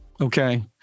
Okay